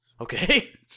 Okay